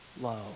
low